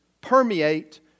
permeate